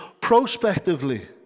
prospectively